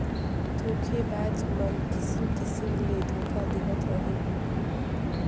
धोखेबाज मन किसिम किसिम ले धोखा देहत अहें